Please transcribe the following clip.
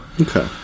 Okay